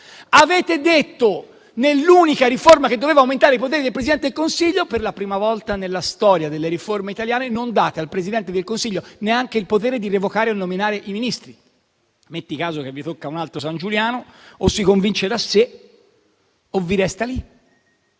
tale ruolo. Nell'unica riforma che doveva aumentare i poteri del Presidente del Consiglio, per la prima volta nella storia delle riforme italiane, non date al Presidente del Consiglio neanche il potere di revocare o nominare i Ministri. Metti caso che vi tocca un altro Sangiuliano, o si convince da sé o vi resta lì.